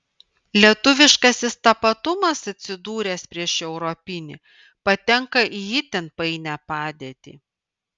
lietuviškasis tapatumas atsidūręs prieš europinį patenka į itin painią padėtį